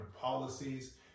policies